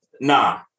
Nah